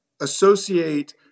associate